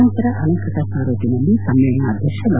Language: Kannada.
ನಂತರ ಅಲಂಕೃತ ಸಾರೋಟಿನಲ್ಲಿ ಸಮ್ಮೇಳನಾಧ್ಯಕ್ಷ ಡಾ